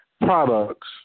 products